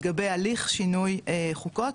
לגבי הליך שינוי חוקות,